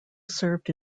served